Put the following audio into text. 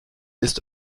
ist